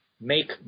make